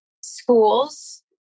schools